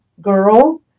girl